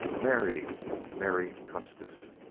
married mary custis.